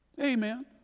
Amen